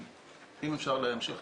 אם אפשר להמשיך